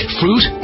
fruit